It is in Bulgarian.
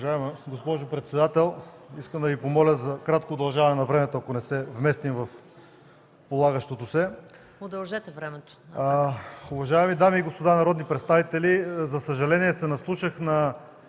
Уважаема госпожо председател, искам да Ви помоля за кратко удължаване на времето, ако не се вместим в полагащото се. ПРЕДСЕДАТЕЛ